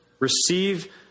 receive